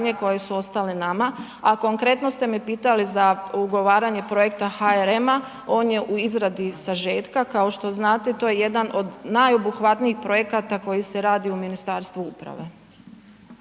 koje su ostale nama, a konkretno ste me pitali za ugovaranje projekta HRM-a on je u izradi sažetka, kao što znate to je jedan od najobuhvatnijih projekata koji se radi u Ministarstvu uprave.